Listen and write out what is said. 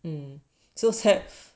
mm sales have